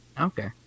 Okay